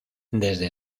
desde